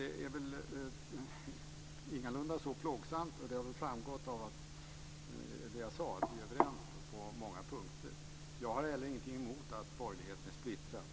Det är ingalunda så plågsamt. Av det jag sade nyss har väl framgått att vi är överens på många punkter. Slutligen har jag ingenting emot att borgerligheten är splittrad.